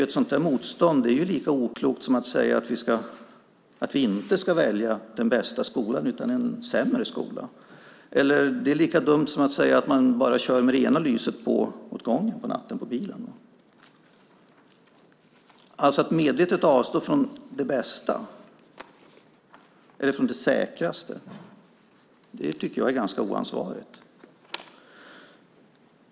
Ett sådant motstånd är därför lika oklokt som att säga att vi inte ska välja den bästa skolan utan en sämre skola och lika dumt som att säga att man bara ska köra med ena lyset åt gången när man kör bil på natten. Att medvetet avstå från det bästa, eller från det säkraste, tycker jag är ganska oansvarigt.